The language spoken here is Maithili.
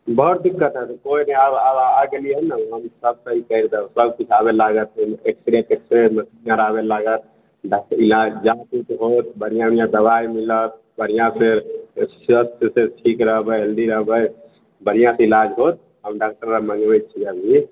बहुत दिक्कत हय केओ नहि आब आब आ गेलियै हय ने हम सब सही करि देब सबमे लागत एक्सरे तेक्सरे मशीन आर आबे लागत डाक्टर इलाज जाँच उँच होयत बढ़िआँ बढ़िआँ दबाइ मिलत बढ़िआँ फेर एक्सरे तेक्सरे ठीक रहबै हेल्दी रहबै बढ़िआँ से इलाज होयत हम डाक्टर लग मँगबैत छी अभी